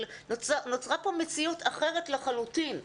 אבל נוצרה פה מציאות אחרת לחלוטין,